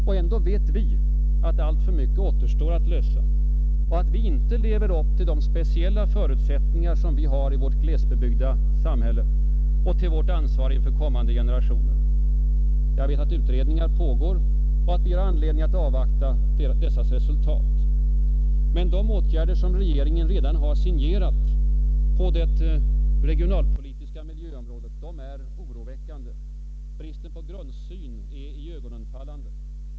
Och ändå vet vi att alltför mycket återstår att lösa och att vi inte lever upp till de speciella förutsättningar, som vi har i vårt glest befolkade land, och till vårt ansvar inför kommande generationer. Jag vet att utredningar pågår och att vi har anledning att avvakta deras resultat. Men de åtgärder som regeringen redan signerat på det regionalpolitiska miljöområdet är oroväckande. Bristen på grundsyn är iögonenfallande.